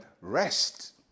rest